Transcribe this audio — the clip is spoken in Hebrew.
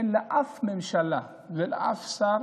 אין לאף ממשלה ולאף שר,